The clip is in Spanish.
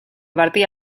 partía